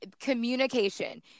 communication